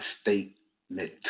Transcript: statement